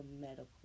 medical